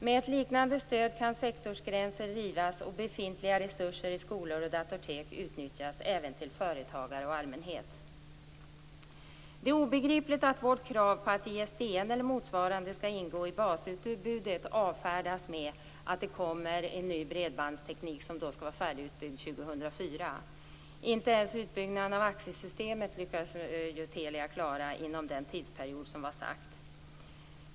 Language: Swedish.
Med ett liknande stöd kan sektorsgränser rivas och befintliga resurser i skolor och datortek utnyttjas även av företagare och allmänhet. Det är obegripligt att vårt krav på att ISDN eller motsvarande skall ingå i basutbudet avfärdas med att det kommer en ny bredbandsteknik, som skall vara färdigutbyggd 2004. Inte ens utbyggnaden av AXE systemet lyckades ju Telia klara inom den tidsperiod som var sagt.